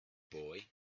boy